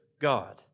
God